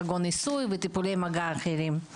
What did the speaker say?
כגון עיסוי וטיפולי מגע אחרים.